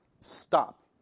Stop